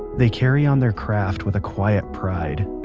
they carry on their craft with a quiet pride,